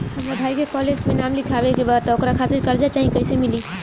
हमरा भाई के कॉलेज मे नाम लिखावे के बा त ओकरा खातिर कर्जा चाही कैसे मिली?